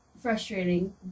Frustrating